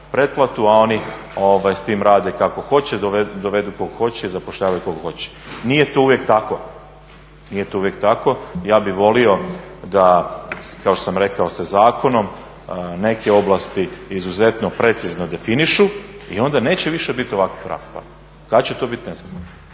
pretplatu, a oni s tim rade kako hoće, dovedu kog hoće i zapošljavaju kog hoće. Nije to uvijek tako. Nije to uvijek tako. Ja bih volio da kao što sam rekao se zakonom neke oblasti izuzetno precizno definiraju i onda neće više bit ovakvih rasprava. Kad će to bit ne znamo.